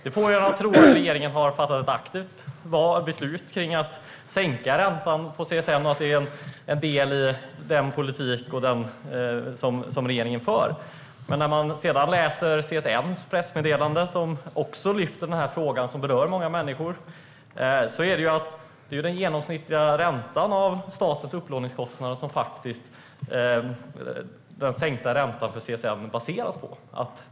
Det får en att tro att regeringen har gjort ett aktivt val och fattat beslut om att sänka räntan och att CSN är en del i den politik som regeringen för. När man sedan läser CSN:s pressmeddelande, där man också har lyft fram den här frågan som berör många människor, ser man att det ju är den genomsnittliga räntan av statens upplåningskostnader som den sänkta räntan för CSN baseras på.